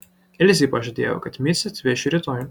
ilzei pažadėjau kad micę atvešiu rytoj